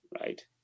Right